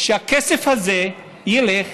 שהכסף הזה ילך